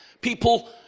people